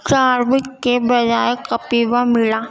چاروک کے بجائے کپیوا ملا